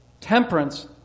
temperance